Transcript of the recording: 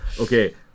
okay